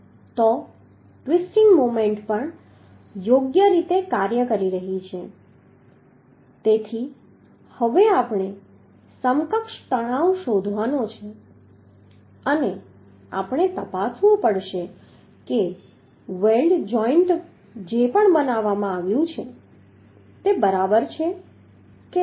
તો twisting moment પણ યોગ્ય રીતે કાર્ય કરી રહી છે તેથી હવે આપણે સમકક્ષ તણાવ શોધવાનો છે અને આપણે તપાસવું પડશે કે વેલ્ડ જોઈન્ટ જે પણ બનાવવામાં આવ્યું છે તે બરાબર છે કે નહીં